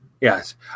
Yes